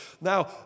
Now